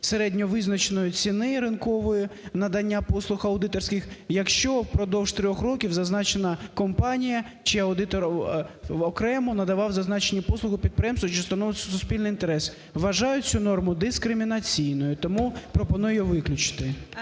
середньовизначеної ціни ринкової надання послуг аудиторських, якщо впродовж 3 років зазначена компанія чи аудитор окремо надавав зазначені послуги підприємству, що становить суспільний інтерес. Вважаю цю норму дискримінаційною, тому пропоную її виключити.